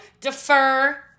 defer